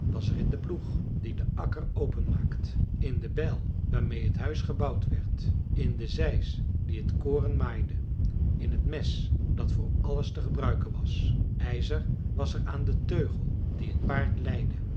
was er in den ploeg die den akker open maakt in de bijl waarmee het huis gebouwd werd in de zeis die het koren maaide in het mes dat voor alles te gebruiken was ijzer was er aan den teugel die het paard leidde